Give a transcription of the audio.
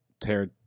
tear